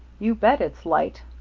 you bet it's light.